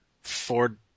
Ford